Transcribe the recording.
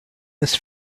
this